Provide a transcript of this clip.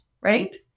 right